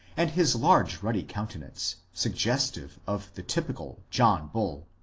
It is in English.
and his large ruddy countenance, suggestive of the typical john bull.